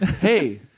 Hey